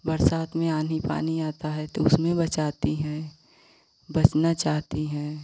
बरसात में आंधी पानी आता है तो उसमें बचाती हैं बचना चाहती हैं